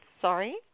Sorry